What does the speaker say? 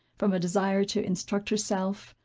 from a desire to instruct herself,